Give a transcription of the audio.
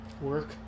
Work